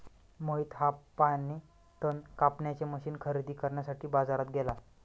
मोहित हा पाणी तण कापण्याचे मशीन खरेदी करण्यासाठी बाजारात गेला